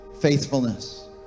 faithfulness